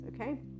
okay